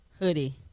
hoodie